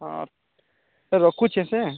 ହଁ ଏଁ ରଖୁଛି ସେ